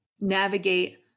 navigate